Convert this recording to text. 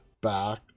back